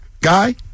guy